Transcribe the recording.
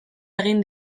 egin